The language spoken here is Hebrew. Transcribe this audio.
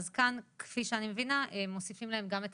אז כפי שאני מבינה מוסיפים להן גם את